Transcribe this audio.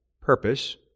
purpose